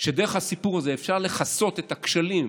שדרך הסיפור הזה אפשר לכסות את הכשלים